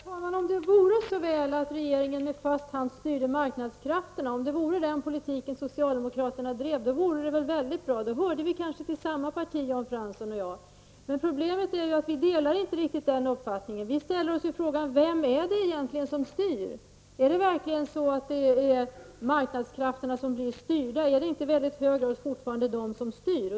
Herr talman! Om det vore så väl att regeringen och socialdemokraterna med stark hand styrde marknadskrafterna, skulle vi kanske kunna tillhöra samma parti, Jan Fransson och jag. Men det är inte riktigt så. Vi ställer oss frågan: Vem är det egentligen som styr? Är det verkligen så att det är marknadskrafterna som blir styrda? Är det inte fortfarande i väldigt hög grad de som styr?